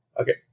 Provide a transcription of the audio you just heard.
Okay